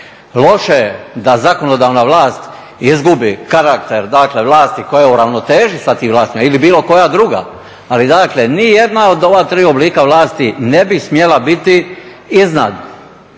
Loše je da zakonodavna vlast izgubi karakter dakle vlasti koja je u ravnoteži sa tim vlastima ili bilo koja druga, ali dakle niti jedna od ova tri oblika vlasti ne bi smjela biti iznad druge